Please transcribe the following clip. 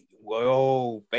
whoa